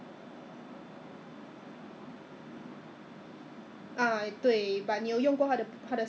so what you're saying is oh wait err so for Ezbuy you'll just have to subscribe to their membership